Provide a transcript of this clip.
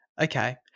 Okay